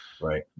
Right